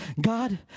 God